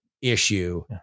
Issue